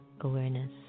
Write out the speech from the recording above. awareness